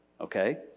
Okay